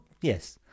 Yes